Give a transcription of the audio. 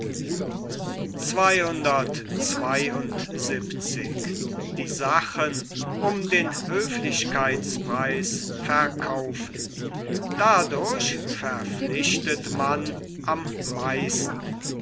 dadurch verpflichtet man am meisten